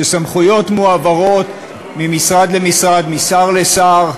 שסמכויות מועברות ממשרד למשרד, משר לשר,